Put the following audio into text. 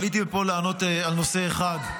עליתי פה כדי לענות על נושא אחד.